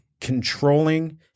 controlling